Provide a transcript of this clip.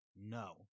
no